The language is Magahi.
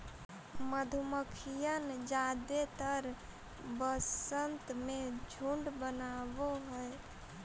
मधुमक्खियन जादेतर वसंत में झुंड बनाब हई